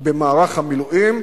במערך המילואים,